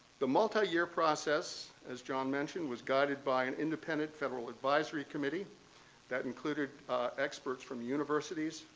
the multi-year process, as john mentioned, was guided by an independent federal advisory committee that included experts from universities,